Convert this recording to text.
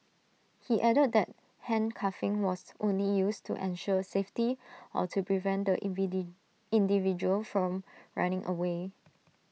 he added that handcuffing was only used to ensure safety or to prevent the individual from running away